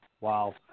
Wow